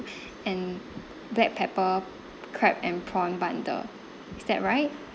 and black pepper crab and prawn bundle is that right